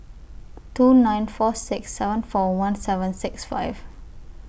two nine four six seven four one seven six five